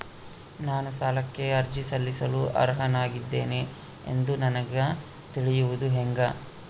ನಾನು ಸಾಲಕ್ಕೆ ಅರ್ಜಿ ಸಲ್ಲಿಸಲು ಅರ್ಹನಾಗಿದ್ದೇನೆ ಎಂದು ನನಗ ತಿಳಿಯುವುದು ಹೆಂಗ?